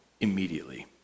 immediately